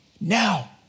now